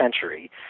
century